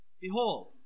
Behold